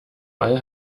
all